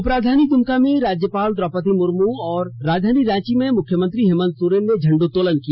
उपराजधानी दमका में राज्यपाल द्रौपदी मुर्म और राजधानी रांची में मुख्यमंत्री हेमंत सोरेन ने झंडोत्तोलन किया